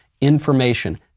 information